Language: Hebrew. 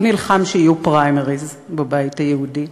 הוא נלחם שיהיו פריימריז בבית היהודי.